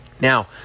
Now